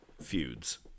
feuds